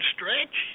Stretch